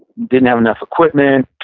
didn't have enough equipment,